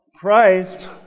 Christ